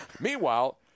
Meanwhile